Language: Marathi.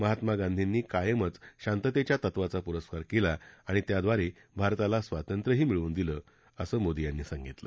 महात्मा गांधींनी कायमच शांततेच्या तत्वाचा पुरस्कार केला आणि त्याद्वारे भारताला स्वातंत्र्यही मिळवून दिलं असं मोदी यांनी सांगितलं